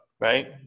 right